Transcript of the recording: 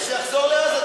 אז שיחזור לעזה,